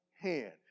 hand